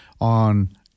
on